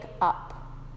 up